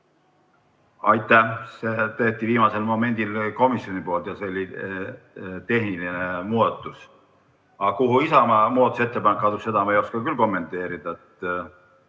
Aitäh! See tehti viimasel momendil komisjoni poolt ja see oli tehniline muudatus. Aga kuhu Isamaa muudatusettepanek kadus, seda ma ei oska küll kommenteerida.